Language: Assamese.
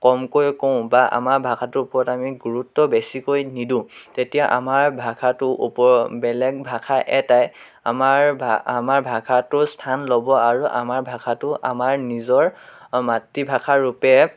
কমকৈ কওঁ বা আমাৰ ভাষাটোৰ ওপৰত আমি গুৰুত্ব বেছিকৈ নিদোঁ তেতিয়া আমাৰ ভাষাটো ওপ বেলেগ ভাষা এটাই আমাৰ ভা আমাৰ ভাষাটোৰ স্থান ল'ব আৰু আমাৰ ভাষাটো আমাৰ নিজৰ মাতৃভাষাৰূপে